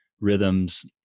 rhythms